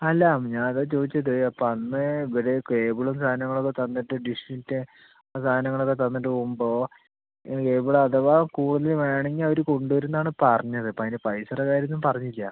അല്ല ഞാൻ അതാ ചോദിച്ചത് അപ്പം അന്ന് ഇവര് കേബിളും സാധനങ്ങൾ ഒക്ക തന്നിട്ട് ഡിഷിൻ്റെ സാധനങ്ങൾ ഒക്ക തന്നിട്ട് പോകുമ്പോൾ ഇത് കേബിൾ അഥവാ കൂടുതല് വേണമെങ്കിൽ അവര് കൊണ്ട് വരുമെന്നാണ് പറഞ്ഞത് അപ്പം അതിൻ്റ പൈസയുടെ കാര്യം ഒന്നും പറഞ്ഞില്ല